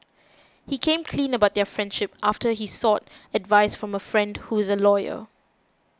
he came clean about their friendship after he sought advice from a friend who is a lawyer